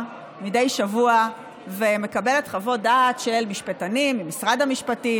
מדי שבוע ומקבלת חוות דעת של משפטנים ממשרד המשפטים,